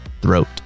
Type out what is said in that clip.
throat